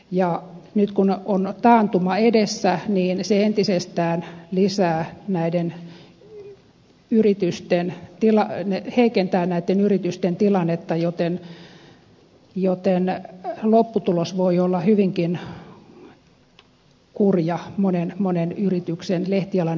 ja nyt kun on taantuma edessä niin se entisestään heikentää näitten yritysten tilannetta joten lopputulos voi olla hyvinkin kurja monen lehtialan yrityksen osalta